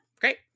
Great